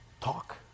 talk